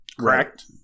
correct